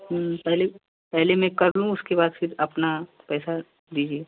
पहले पहले मैं कर लूँ उसके बाद फिर अपना पैसा दीजिए